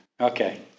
Okay